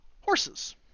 horses